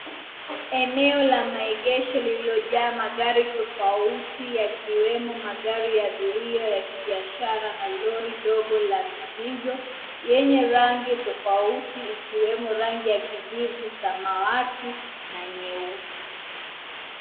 Eneo la maegesho lililojaa magari tofauti yakiwemo magari ya abiria ya kibiashara na lori ndogo la mizigo yenye rangi tofauti ikiwemo rangi ya kijivu, samawati na nyeusi